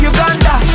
Uganda